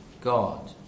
God